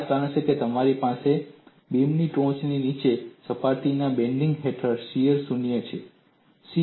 આ જ કારણ છે કે તમારી પાસે બીમની ટોચ અને નીચેની સપાટી પર બેન્ડિંગ હેઠળ શીયર શૂન્ય છે